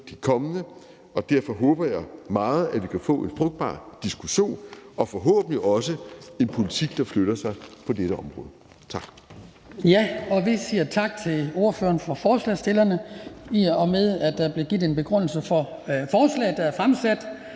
de kommende, og derfor håber jeg meget, at vi kan få en frugtbar diskussion og forhåbentlig også en politik, der flytter sig på dette område. Tak.